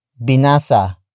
binasa